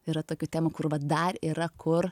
yra tokių temų kur vat dar yra kur